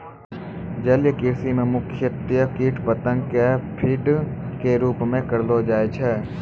जलीय कृषि मॅ मुख्यतया कीट पतंगा कॅ फीड के रूप मॅ उपयोग करलो जाय छै